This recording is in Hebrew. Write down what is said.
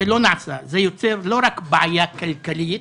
זה יוצר לא רק בעיה כלכלית